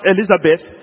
Elizabeth